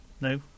No